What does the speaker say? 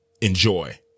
enjoy